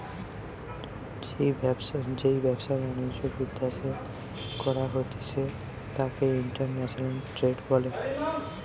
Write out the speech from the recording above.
যেই ব্যবসা বাণিজ্য বিদ্যাশে করা হতিস তাকে ইন্টারন্যাশনাল ট্রেড বলে